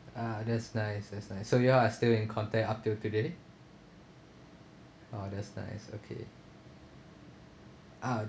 ah that's nice that's nice so you all are still in contact up till today oh that's nice okay ah